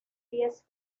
pies